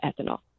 ethanol